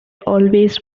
always